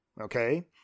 okay